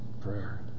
prayer